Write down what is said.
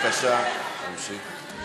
אז בבקשה, תמשיך.